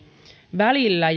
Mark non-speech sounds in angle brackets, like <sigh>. välillä <unintelligible>